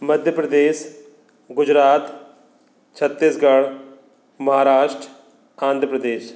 Madhya Pradesh Gujarat Chhattisgarh Maharashtra Andhra Pradesh